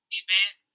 event